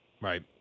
Right